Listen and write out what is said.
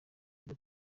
byo